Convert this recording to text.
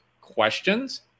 questions